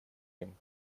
ним